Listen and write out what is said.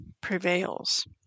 prevails